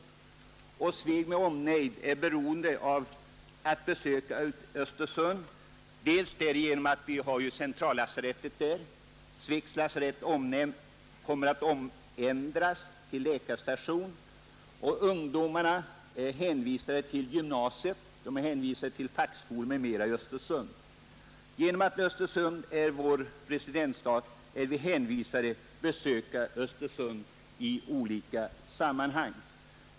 Invånarna i Sveg med omnejd är beroende av att kunna besöka Östersund, dels därför att centrallasarettet är beläget där, dels därför att Svegs lasarett kommer att omändras till läkarstation. Ungdomarna är numera hänvisade till gymnasier och fackskolor i Östersund. Genom att Östersund är residensstad är vi hänvisade till att besöka staden i olika sammanhang.